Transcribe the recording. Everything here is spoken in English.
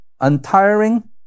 untiring